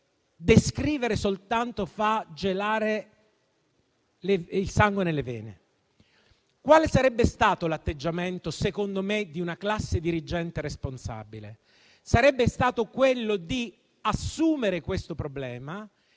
descrivere fa gelare il sangue nelle vene. Quale sarebbe stato, secondo me, l'atteggiamento di una classe dirigente responsabile? Sarebbe stato quello di assumere questo problema,